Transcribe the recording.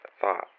thought